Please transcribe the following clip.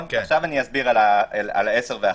עכשיו אסביר על ה-10 וה-5.